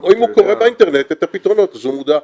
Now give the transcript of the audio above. או אם הוא קורא באינטרנט את הפתרונות אז הוא מודע.